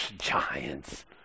Giants